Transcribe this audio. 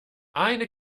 eine